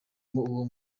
uwo